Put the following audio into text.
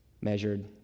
measured